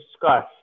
discuss